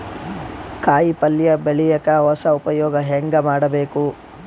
ಕಾಯಿ ಪಲ್ಯ ಬೆಳಿಯಕ ಹೊಸ ಉಪಯೊಗ ಹೆಂಗ ಮಾಡಬೇಕು?